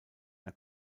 air